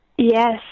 Yes